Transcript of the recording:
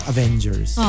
Avengers